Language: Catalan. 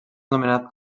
nomenat